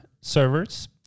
servers